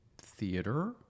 theater